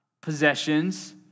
possessions